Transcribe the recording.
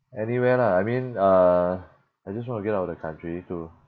anywhere lah I mean uh I just want to get out of the country to